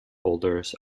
holders